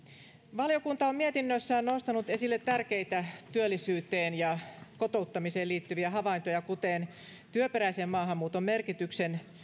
valiokunta on mietinnössään nostanut esille tärkeitä työllisyyteen ja kotouttamiseen liittyviä havaintoja kuten työperäisen maahanmuuton merkityksen